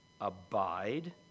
abide